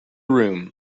room